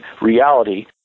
reality